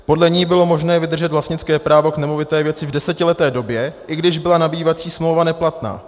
Podle ní bylo možné vydržet vlastnické právo k nemovité věci v desetileté době, i když byla nabývací smlouva neplatná.